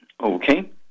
Okay